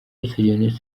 rubyiruko